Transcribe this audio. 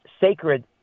sacred